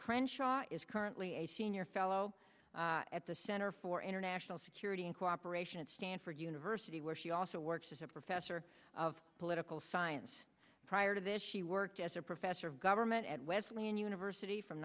crenshaw is currently a senior fellow at the center for international security and cooperation at stanford university where she also works as a professor of political science prior to this she worked as a professor of government at wesleyan university from